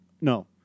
No